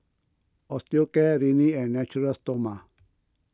Osteocare Rene and Natura Stoma